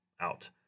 out